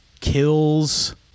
Kills